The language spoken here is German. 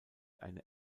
eine